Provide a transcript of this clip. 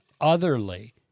otherly